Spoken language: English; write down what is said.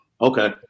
Okay